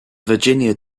virginia